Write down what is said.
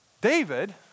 David